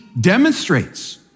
demonstrates